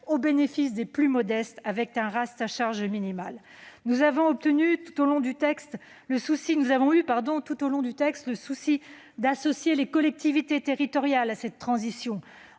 au bénéfice des plus modestes, avec un reste à charge minimal. Nous avons eu, tout au long de l'examen du texte, le souci d'associer les collectivités territoriales à cette transition,